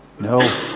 No